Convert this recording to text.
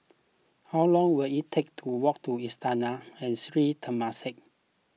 how long will it take to walk to Istana and Sri Temasek